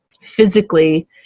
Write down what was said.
physically